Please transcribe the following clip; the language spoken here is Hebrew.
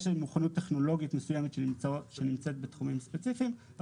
יש לנו מוכנות טכנולוגית מסוימת שנמצאת בתחומים ספציפיים.